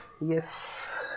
Yes